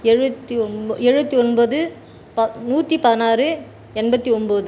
எழுபத்தி ஒன்போ எழுபத்தி ஒன்பது ப நூற்றி பதினாறு எண்பத்தி ஒம்பது